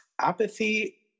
apathy